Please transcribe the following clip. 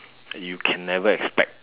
you can never expect